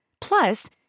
Plus